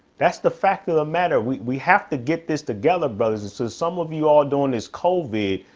that's the fact of the matter. we we have to get this together, brothers and so some of you are doing this, covid,